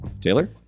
Taylor